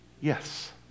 yes